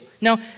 Now